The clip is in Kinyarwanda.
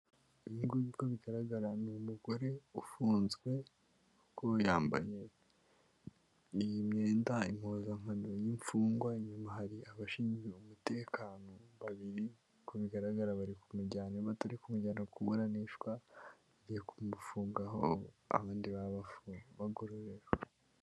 Uyu nguyu uko bigaragara ni umugore ufunzwe, kuko yambaye iyi myenda impuzankano y'imfungwa, inyuma hari abashinzwe umutekano babiri, uko bigaragara bari kumujyana, niba batari kongera kuburanishwa, bagiye kumufunga aho abandi bagororerwa.